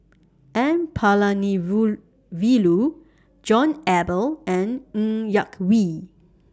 N John Eber and Ng Yak Whee